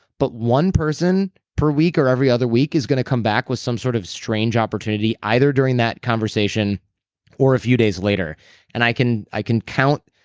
but one person per week or every other week is going to come back with some sort of strange opportunity either during that conversation or a few days later and i can i can count.